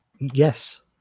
yes